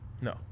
No